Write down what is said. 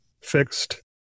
fixed